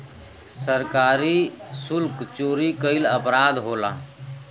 सरकारी सुल्क चोरी कईल अपराध होला